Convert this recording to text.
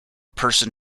person